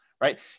right